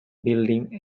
building